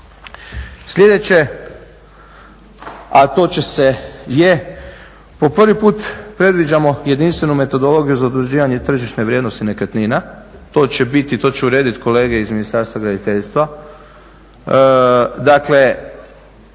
Sljedeće a to će se, je, po prvi put predviđamo jedinstvenu metodologiju za utvrđivanje tržišne vrijednosti nekretnina, to će biti, to će urediti kolege iz Ministarstva graditeljstva.